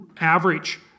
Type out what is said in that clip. average